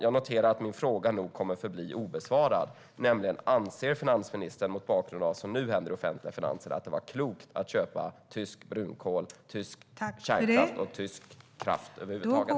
Jag noterar att min fråga nog kommer att förbli obesvarad. Frågan var: Anser finansministern, mot bakgrund av det som nu händer i de offentliga finanserna, att det var klokt att köpa tysk brunkol, tysk kärnkraft och tysk kraft över huvud taget?